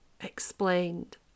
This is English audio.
explained